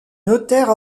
notaire